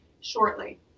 shortly